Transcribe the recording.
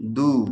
दू